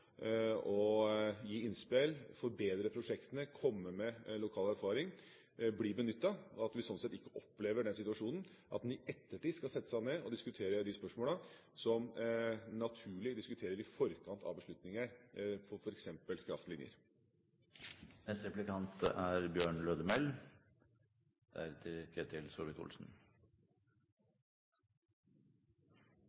gi innspill, forbedre prosjektene og komme med lokal erfaring blir benyttet, og at vi sånn sett ikke opplever den situasjonen at en i ettertid skal sette seg ned og diskutere de spørsmålene som en naturlig diskuterer i forkant av beslutninger – på f.eks. kraftlinjer.